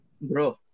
bro